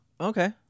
Okay